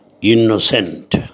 innocent